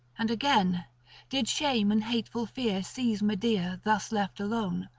and again did shame and hateful fear seize medea thus left alone,